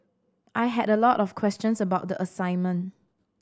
I had a lot of questions about the assignment